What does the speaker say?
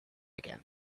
again